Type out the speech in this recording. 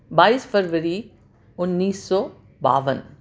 بائیس فروری انیس سو باون